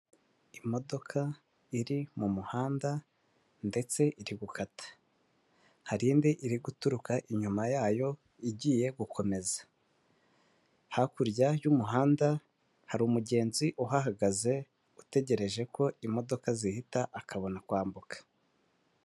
Imodoka iri mu muhanda ndetse iri gukata hari indi iri guturuka inyuma yayo igiye gukomeza hakurya y'umuhanda hari umugenzi uhagaze utegereje ko imodoka zihita akabona kwambuka.